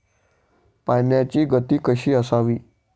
पाण्याची गती कशी असावी?